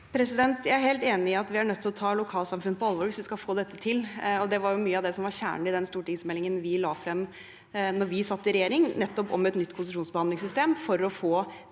Jeg er helt enig i at vi er nødt til å ta lokalsamfunnene på alvor hvis vi skal få dette til. Det var mye av det som var kjernen i den stortingsmeldingen vi la frem da vi satt i regjering, om et nytt konsesjonsbehandlingssystem for å få